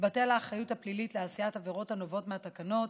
תתבטל האחריות הפלילית לעשיית עבירות הנובעות מהתקנות,